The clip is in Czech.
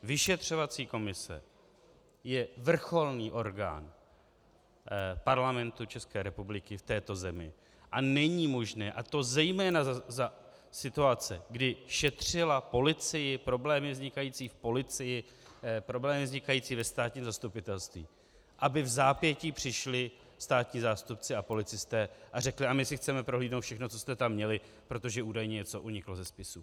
Vyšetřovací komise je vrcholný orgán Parlamentu České republiky v této zemi a není možné, a to zejména za situace, kdy šetřila policii, problémy vznikající v policii, problémy vznikající ve státním zastupitelství, aby vzápětí přišli státní zástupci a policisté a řekli: a my si chceme prohlídnout všechno, co jste tam měli, protože údajně něco uniklo ze spisů.